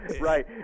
right